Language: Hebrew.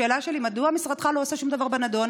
השאלה שלי: מדוע משרדך לא עושה שום דבר בנדון?